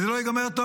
זה לא ייגמר טוב,